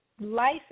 life